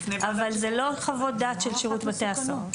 אבל זה לא חוות דעת של שירות בתי הסוהר.